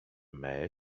may